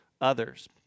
others